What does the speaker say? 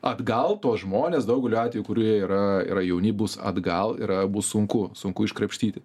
atgal tuos žmones daugeliu atvejų kurie yra yra jauni bus atgal yra bus sunku sunku iškrapštyti